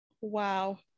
wow